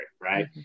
right